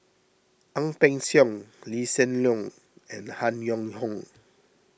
Ang Peng Siong Lee Hsien Loong and Han Yong Hong